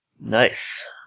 Nice